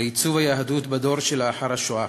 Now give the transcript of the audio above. בעיצוב היהדות בדור שלאחר השואה.